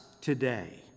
today